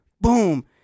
Boom